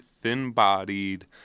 thin-bodied